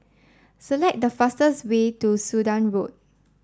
select the fastest way to Sudan Road